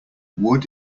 wood